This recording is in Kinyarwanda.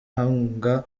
hanga